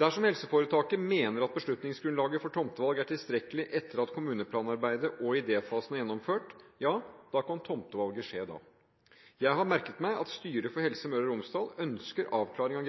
Dersom helseforetaket mener at beslutningsgrunnlaget for tomtevalg er tilstrekkelig etter at kommuneplanarbeidet og idéfasen er gjennomført, kan tomtevalget skje da. Jeg har merket meg at styret for Helse Møre og Romsdal ønsker avklaring